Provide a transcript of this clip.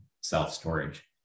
self-storage